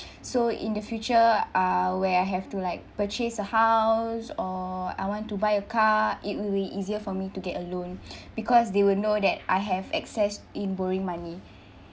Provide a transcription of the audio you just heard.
so in the future uh where I have to like purchase a house or I want to buy a car it will be easier for me to get a loan because they will know that I have access in borrowing money